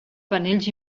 panells